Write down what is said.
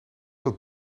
wat